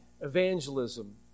evangelism